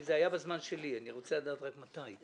זה היה בזמן שלי, אני רוצה לדעת מתי.